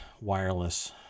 wireless